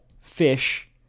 fish